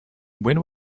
when